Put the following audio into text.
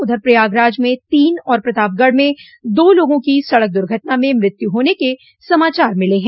उधर प्रयागराज में तीन और प्रतापगढ़ में दो लोगों की सड़क दुर्घटना में मृत्यु होने के समाचार मिले हैं